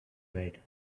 bed